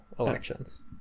elections